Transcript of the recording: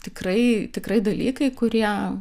tikrai tikrai dalykai kurie